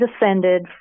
descended